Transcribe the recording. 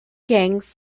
gangs